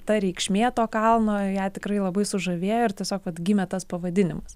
ta reikšmė to kalno ją tikrai labai sužavėjo ir tiesiog vat gimė tas pavadinimas